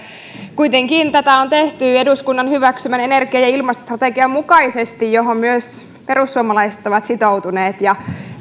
kuitenkin tätä on tehty eduskunnan hyväksymän energia ja ja ilmastostrategian mukaisesti ja siihen myös perussuomalaiset ovat sitoutuneet ja